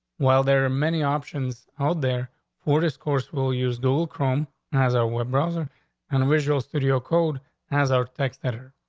well, there are many options out there for this course will use do chrome as a web browser and visual studio code has are better.